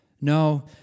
No